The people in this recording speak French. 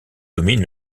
domine